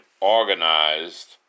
organized